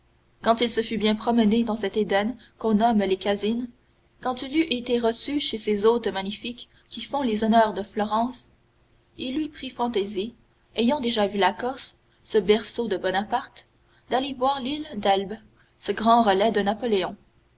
quand il se fut bien promené dans cet éden qu'on nomme les casines quand il eut été reçu chez ces hôtes magnifiques qui font les honneurs de florence il lui prit fantaisie ayant déjà vu la corse ce berceau de bonaparte d'aller voir l'île d'elbe ce grand relais de napoléon